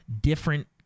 different